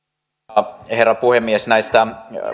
arvoisa herra puhemies näistä